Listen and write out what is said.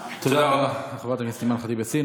תודה רבה לחברת הכנסת אימאן ח'טיב יאסין.